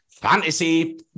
fantasy